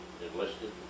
enlisted